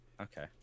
okay